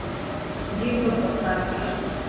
జీడిపప్పు ఒక కాల్ కిలో